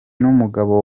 n’umugabo